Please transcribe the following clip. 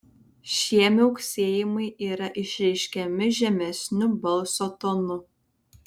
šie miauksėjimai yra išreiškiami žemesniu balso tonu